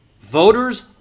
Voters